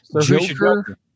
Joker